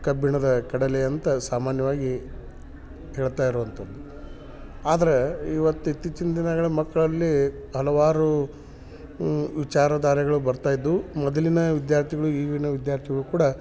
ಕಬ್ಬಿಣದ ಕಡಲೆಯಂತ ಸಾಮಾನ್ಯವಾಗಿ ಹೇಳ್ತಾ ಇರುವಂಥದ್ದು ಆದರೆ ಇವತ್ತು ಇತ್ತೀಚಿನ ದಿನಗಳ ಮಕ್ಕಳಲ್ಲಿ ಹಲವಾರು ವಿಚಾರಧಾರೆಗಳು ಬರ್ತಾ ಇದ್ವು ಮೊದಲಿನ ವಿದ್ಯಾರ್ಥಿಗಳು ಈಗಿನ ವಿದ್ಯಾರ್ಥಿಗಳು ಕೂಡ